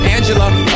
Angela